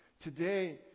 Today